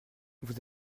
vous